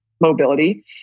mobility